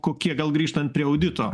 kokie gal grįžtan prie audito